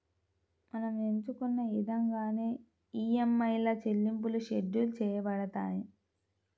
మనం ఎంచుకున్న ఇదంగానే ఈఎంఐల చెల్లింపులు షెడ్యూల్ చేయబడతాయి